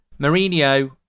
Mourinho